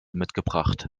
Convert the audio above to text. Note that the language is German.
mitgebracht